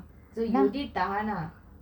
so you did tahan ah